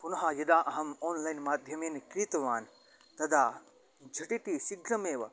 पुनः यदा अहम् ओन्लैन् माध्यमेन क्रीतवान् तदा झटिति शीघ्रमेव